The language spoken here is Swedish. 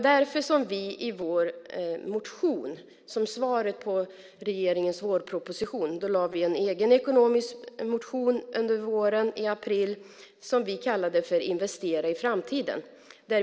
Därför väckte vi som svar på regeringens vårproposition en egen ekonomisk motion under våren, i april, som vi kallade för Investera i Sveriges framtid .